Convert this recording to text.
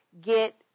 get